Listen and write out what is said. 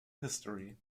history